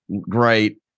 great